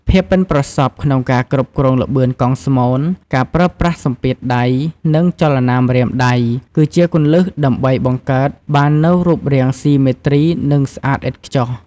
ភាពប៉ិនប្រសប់ក្នុងការគ្រប់គ្រងល្បឿនកង់ស្មូន ការប្រើប្រាស់សម្ពាធដៃ និងចលនាម្រាមដៃ គឺជាគន្លឹះដើម្បីបង្កើតបាននូវរូបរាងស៊ីមេទ្រី និងស្អាតឥតខ្ចោះ។